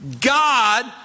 God